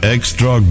Extra